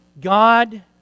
God